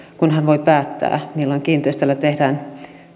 kun hän voi päättää milloin kiinteistöllä tehdään